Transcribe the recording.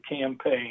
campaign